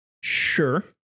Sure